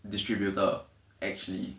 distributor actually